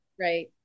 Right